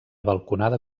balconada